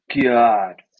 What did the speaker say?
God